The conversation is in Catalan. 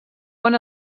bon